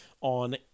on